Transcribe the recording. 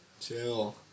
Chill